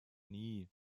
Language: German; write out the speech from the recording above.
nie